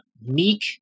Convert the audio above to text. meek